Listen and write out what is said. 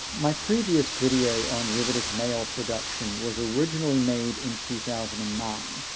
my previous video on riveted maille production was originally made in two thousand and nine.